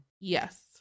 Yes